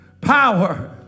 Power